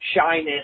shyness